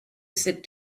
sit